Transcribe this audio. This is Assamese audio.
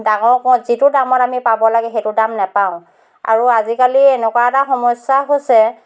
ডাঙৰ কৰোঁ যিটো দামত আমি পাব লাগে সেইটো দাম নেপাওঁ আৰু আজিকালি এনেকুৱা এটা সমস্যা হৈছে